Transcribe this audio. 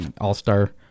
All-star